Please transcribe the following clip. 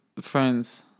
friends